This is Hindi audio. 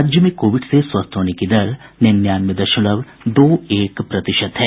राज्य में कोविड से स्वस्थ होने की दर निन्यानवे दशमलव दो एक प्रतिशत है